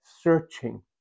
searching